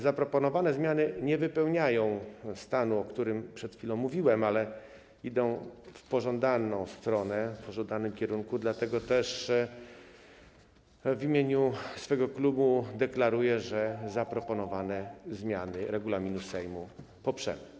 Zaproponowane zmiany nie wypełniają stanu, o którym przed chwilą powiedziałem, ale zmierzają w pożądanym kierunku, dlatego też w imieniu swojego klubu deklaruję, że zaproponowane zmiany regulaminu Sejmu poprzemy.